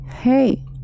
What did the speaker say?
Hey